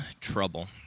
trouble